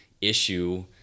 issue